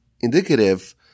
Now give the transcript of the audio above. indicative